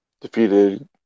defeated